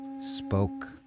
spoke